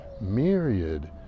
myriad